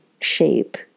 shape